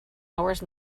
hours